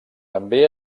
també